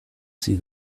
see